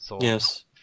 Yes